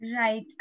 Right